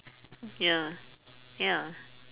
ya ya